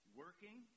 working